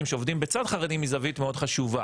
שעובדים בצד חרדים היא זווית מאוד חשובה.